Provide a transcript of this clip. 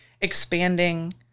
expanding